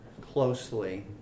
closely